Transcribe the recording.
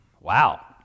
Wow